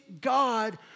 God